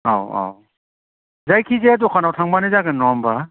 औ औ जायखिजाया दखानाव थांबानो जागोन नङा होनबा